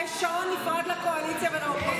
יש שעון נפרד לקואליציה ולאופוזיציה?